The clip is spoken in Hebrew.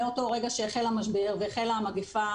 מאותו רגע שהחל המשבר והחלה המגיפה,